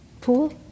pool